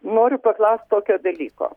noriu paklaust tokio dalyko